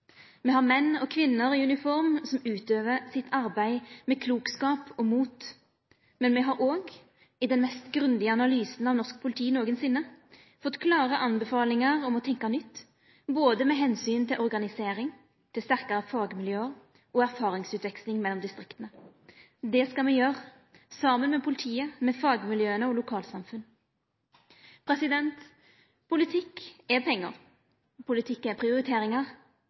Me har menn og kvinner i uniform som utøver sitt arbeid med klokskap og mot, men me har òg i den mest grundige analysen av norsk politi nokosinne fått klare anbefalingar om å tenkja nytt både med omsyn til organisering, til sterkare fagmiljø og erfaringsutveksling mellom distrikta. Det skal me gjera saman med politiet, med fagmiljøa og lokalsamfunna. Politikk er pengar, politikk er prioriteringar,